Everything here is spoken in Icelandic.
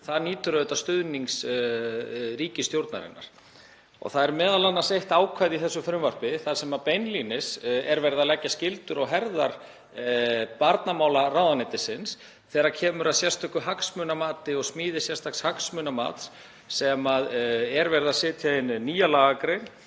nýtur stuðnings ríkisstjórnarinnar. Það er m.a. eitt ákvæði í þessu frumvarpi þar sem beinlínis er verið að leggja skyldur á herðar barnamálaráðuneytisins þegar kemur að sérstöku hagsmunamati og smíði sérstaks hagsmunamats, það er verið að setja inn nýja lagagrein